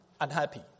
unhappy